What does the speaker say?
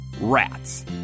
rats